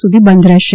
સુધી બંધ રહેશે